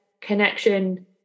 connection